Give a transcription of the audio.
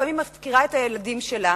לפעמים היא מפקירה את הילדים שלה,